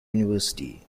university